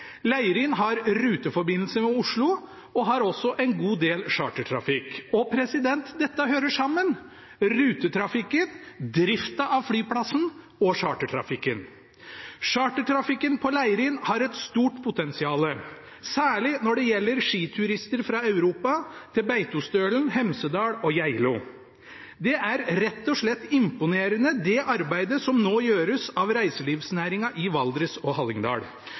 Leirin har ruteforbindelse med Oslo og har også en god del chartertrafikk, og dette hører sammen – rutetrafikken, driften av flyplassen og chartertrafikken. Chartertrafikken har et stort potensial, særlig når det gjelder skiturister fra Europa til Beitostølen, Hemsedal og Geilo. Det arbeidet som nå gjøres av reiselivsnæringen i Valdres og Hallingdal, er rett og slett imponerende.